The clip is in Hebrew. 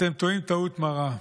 אתם טועים טעות מרה.